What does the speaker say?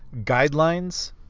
Guidelines